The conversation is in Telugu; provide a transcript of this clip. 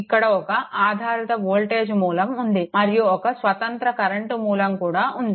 ఇక్కడ ఒక ఆధారిత వోల్టేజ్ మూలం ఉంది మరియు ఒక స్వతంత్ర కరెంట్ మూలం కూడా ఉంది